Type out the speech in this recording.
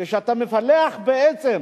כשאתה מפלח בעצם